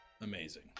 amazing